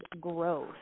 growth